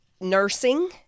nursing